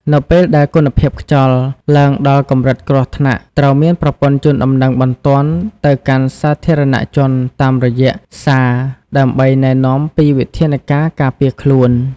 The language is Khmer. នៅពេលដែលគុណភាពខ្យល់ឡើងដល់កម្រិតគ្រោះថ្នាក់ ត្រូវមានប្រព័ន្ធជូនដំណឹងបន្ទាន់ទៅកាន់សាធារណជនតាមរយៈសារ ដើម្បីណែនាំពីវិធានការការពារខ្លួន។